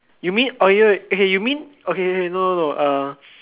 you mean okay you mean okay okay no no no uh